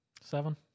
seven